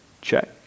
check